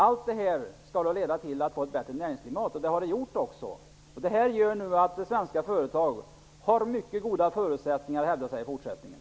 Allt detta skall leda till ett bättre näringsklimat, och det har det också gjort. Det gör att svenska företag har mycket goda förutsättningar att hävda sig i fortsättningen.